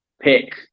pick